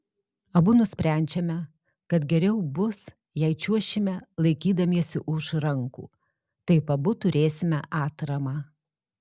abu nusprendžiame kad geriau bus jei čiuošime laikydamiesi už rankų taip abu turėsime atramą